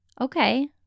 Okay